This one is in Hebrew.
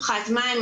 פחת מים,